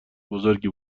بزرگی